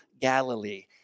Galilee